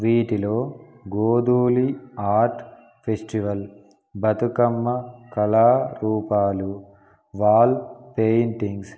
వీటిలో Godhuli art festival Bathukamma కళారూపాలు wall paintings